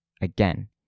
again